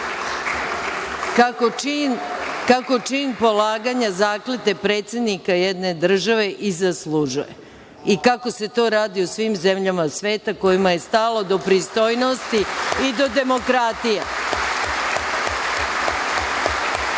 kako čin polaganja zakletve predsednika jedne države i zaslužuje i kako se to radi u svim zemljama sveta kojima je stalo do pristojnosti i do demokratije.(Poslanici